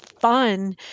fun